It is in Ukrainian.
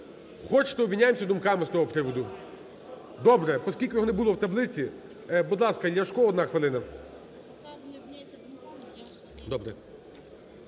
Хочете – обміняємося думками з того приводу. Добре, оскільки його не було в таблиці, будь ласка, Ляшко. Одна хвилина. Добре.